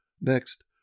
Next